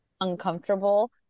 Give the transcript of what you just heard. uncomfortable